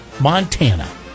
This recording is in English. Montana